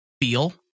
feel